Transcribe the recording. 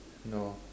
no